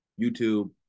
YouTube